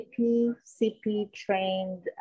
APCP-trained